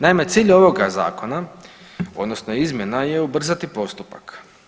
Naime, cilj ovoga zakona odnosno izmjena je ubrzati postupak.